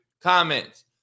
comments